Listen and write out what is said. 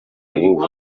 ubu